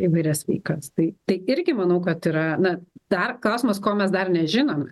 įvairias veikas tai tai irgi manau kad yra na dar klausimas ko mes dar nežinom